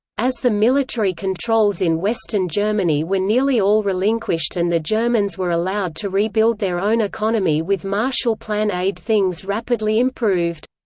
as the military controls in western germany were nearly all relinquished and the germans were allowed to rebuild their own economy with marshall plan aid things rapidly improved.